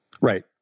Right